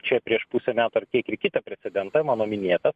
čia prieš pusę metų ar kiek ir kitą precedentą mano minėtą